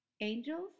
Angels